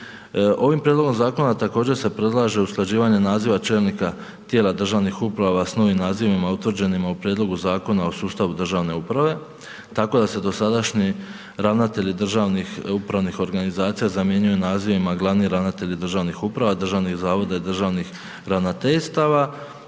Ovim prijedlogom zakona također se predlaže usklađivanje naziva čelnika tijela državnih uprava s novim nazivima utvrđenima u prijedlogu Zakona o sustavu državne uprave. Tako da se dosadašnji ravnatelj državnih upravnih organizacija zamjenjuju nazivima glavni ravnatelj državnih uprava, državnih zavoda i državnih ravnateljstava,